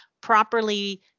properly